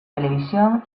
televisión